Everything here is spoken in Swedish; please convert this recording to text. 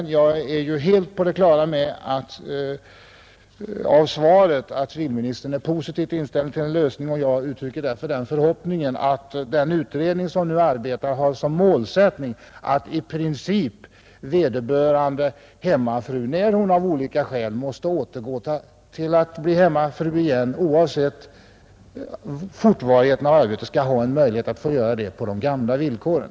Av svaret har jag blivit helt på det klara med att socialministern är positivt inställd till en lösning, och jag uttrycker därför den förhoppningen att den utredning som nu arbetar har som målsättning att i princip vederbörande hemmafru, när hon av olika skäl måste återgå till att bli hemmafru, oavsett hur länge arbetet har pågått, skall ha en möjlighet att göra det på de gamla villkoren.